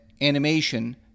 animation